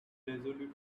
irresolute